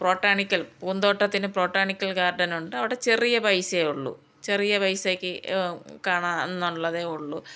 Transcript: botanical പൂന്തോട്ടത്തിനു botanical ഗാർഡനുണ്ട് അവിടെ ചെറിയ പൈസേയുള്ളു ചെറിയ പൈസക്ക് കാണാന്നുള്ളതേയുള്ളു